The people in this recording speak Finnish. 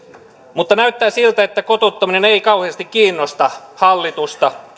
mutta näyttää siltä että kotouttaminen ei kauheasti kiinnosta hallitusta